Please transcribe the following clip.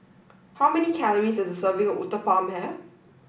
how many calories does a serving of Uthapam have